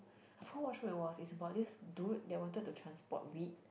I forgot what show we watch is about this dude that wanted to transport weed